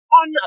on